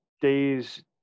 days